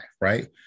right